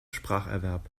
spracherwerb